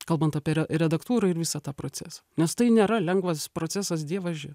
kalbant apie re redaktūrą ir visą tą procesą nes tai nėra lengvas procesas dievaži